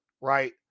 Right